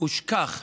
ושכח.